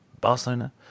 Barcelona